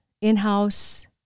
in-house